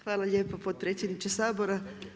Hvala lijepo potpredsjedniče Sabora.